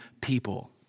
people